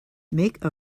make